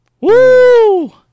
Woo